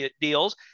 deals